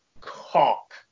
cock